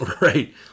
Right